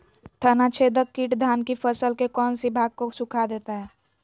तनाछदेक किट धान की फसल के कौन सी भाग को सुखा देता है?